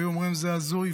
והיו אומרים: זה הזוי,